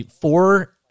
four